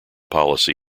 policy